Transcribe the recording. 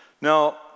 Now